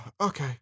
Okay